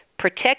protect